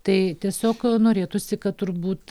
tai tiesiog norėtųsi kad turbūt